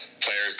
players